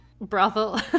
brothel